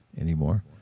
anymore